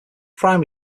primary